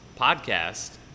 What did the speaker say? podcast